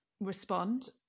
respond